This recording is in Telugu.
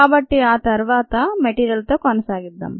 కాబట్టి ఆ తర్వాత మెటీరియల్ తో కొనసాగిద్దాం